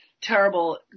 terrible